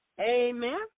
Amen